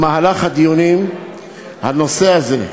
הנושא הזה,